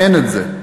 אין את זה.